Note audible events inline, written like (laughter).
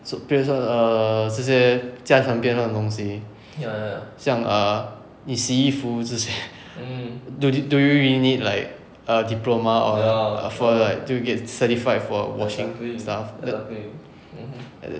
so 比如说 err 这些家常便饭的东西像 err 你洗衣服这些 (laughs) do you do you really need like a diploma or for like get like certified for washing stuff like that